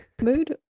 Mood